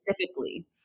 specifically